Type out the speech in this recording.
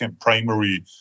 primary